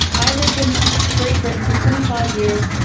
i lived in great britain for twenty five years.